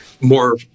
more